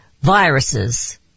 viruses